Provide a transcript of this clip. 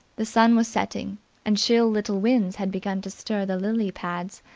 the sun was setting and chill little winds had begun to stir the lily-pads,